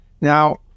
Now